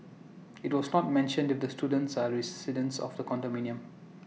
IT was not mentioned if the students are residents of the condominium